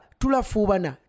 tulafubana